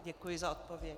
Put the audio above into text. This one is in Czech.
Děkuji za odpověď.